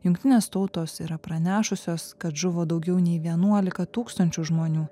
jungtinės tautos yra pranešusios kad žuvo daugiau nei vienuolika tūkstančių žmonių